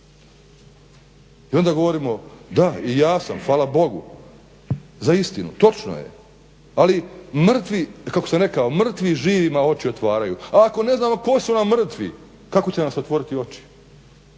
i onda govorimo da, i ja sam hvala Bogu, zaistinu, točno je. Ali mrtvi, kako sam rekao, mrtvi živima oči otvaraju, a ako ne znamo koji su nam mrtvi kako će nam se otvoriti oči.